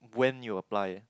when you apply